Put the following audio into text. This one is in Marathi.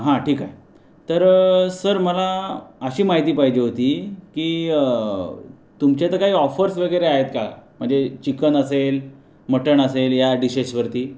हा ठीक आहे तर सर मला अशी माहिती पाहिजे होती की तुमच्या तर काही ऑफर्स वगैरे आहेत का म्हणजे चिकन असेल मटण असेल या डिशेशवरती